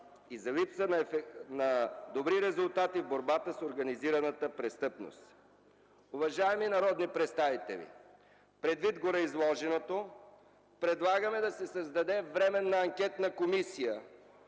и за липса на добри резултати в борбата с организираната престъпност. Уважаеми народни представители, предвид гореизложеното, предлагаме да се създаде временна анкетна комисия